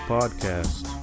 Podcast